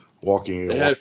walking